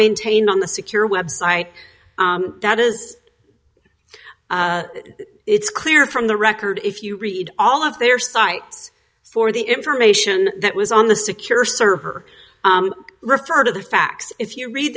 maintained on the secure web site that is it's clear from the record if you read all of their sites for the information that was on the secure sir refer to the facts if you read